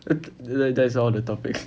that that is out of the topic